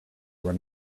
run